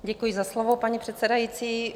Děkuji za slovo, paní předsedající.